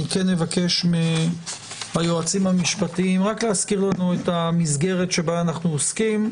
אני אבקש מהיועצים המשפטיים רק להזכיר לנו את המסגרת שבה אנחנו עוסקים,